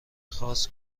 خاص